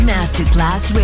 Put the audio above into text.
Masterclass